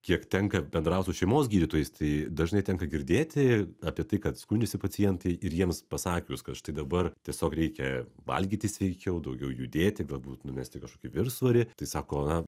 kiek tenka bendraut su šeimos gydytojais tai dažnai tenka girdėti apie tai kad skundžiasi pacientai ir jiems pasakius kad štai dabar tiesiog reikia valgyti sveikiau daugiau judėti galbūt numesti kažkokį viršsvorį tai sako na